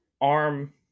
ARM